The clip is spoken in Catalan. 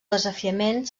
desafiament